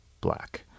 black